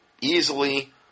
easily